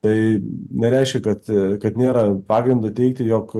tai nereiškia kad kad nėra pagrindo teigti jog